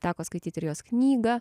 teko skaityt ir jos knygą